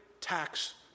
tax